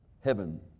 heaven